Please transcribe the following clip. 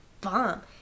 bomb